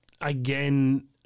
Again